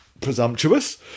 presumptuous